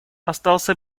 остался